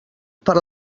per